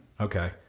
Okay